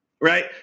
right